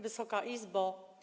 Wysoka Izbo!